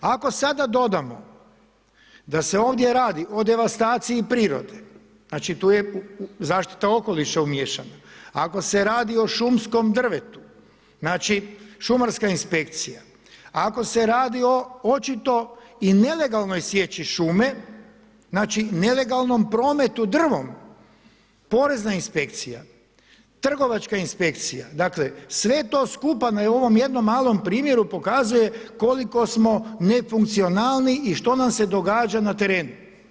Ako sada dodamo, da se ovdje radi o devastaciji prirode, znači tu je zaštita okoliša umiješana, ako se radi o šumskom drvetu, znači šumarska inspekcija, ako se radi o očito i nelegalnoj sječi šume, znači nelegalnom prometu drvom, porezna inspekcija, trgovačka inspekcija, dakle, sve to skupa na ovom jednom malom primjeru pokazuje koliko smo nefunkcionalni i što nam se događa na terenu.